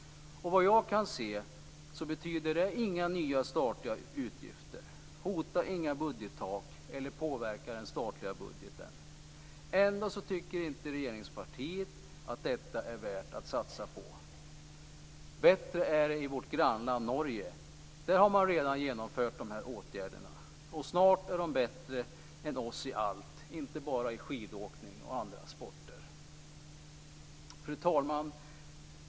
Såvitt jag kan se betyder det inga nya statliga utgifter, hotar det inga budgettak och påverkar inte heller den statliga budgeten. Ändå tycker inte regeringspartiet att detta är värt att satsa på. Bättre är det i vårt grannland Norge. Där har man redan genomfört de här åtgärderna. Snart är norrmännen bättre än oss i allt, inte bara i skidåkning och andra sporter. Fru talman!